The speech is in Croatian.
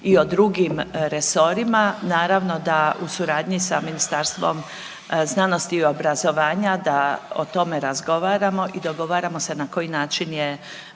i o drugim resorima. Naravno da u suradnji sa Ministarstvom znanosti i obrazovanja da o tome razgovaramo i dogovaramo se na koji način je